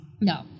no